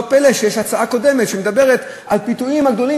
לא פלא שהייתה ההצעה הקודמת על הפיתויים הגדולים,